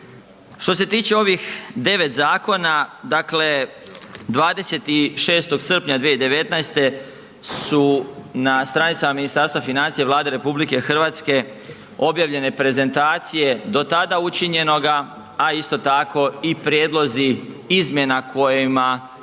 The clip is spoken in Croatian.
Što se tiče ovih 9 zakona, dakle 26. srpnja 2019. su na stranicama Ministarstva financija Vlade RH objavljene prezentacije do tada učinjenoga a isto tako i prijedlozi izmjena kojima